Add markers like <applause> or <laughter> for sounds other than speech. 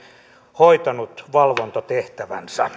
hoitanut valvontatehtävänsä <unintelligible>